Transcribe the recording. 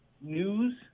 news